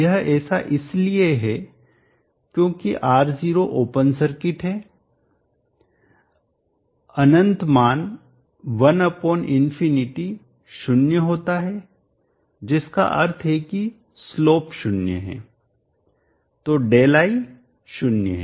यह ऐसा इसलिए है क्योंकि R0 ओपन सर्किट है अनंत मान 1∞ शुन्य होता है जिसका अर्थ है कि स्लोपढलान 0 है तो Δi 0 है